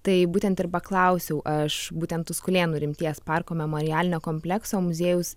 tai būtent ir paklausiau aš būtent tuskulėnų rimties parko memorialinio komplekso muziejaus